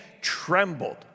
trembled